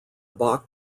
bok